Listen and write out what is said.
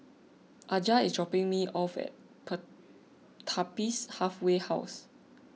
Aja is dropping me off at Pertapis Halfway House